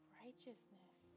righteousness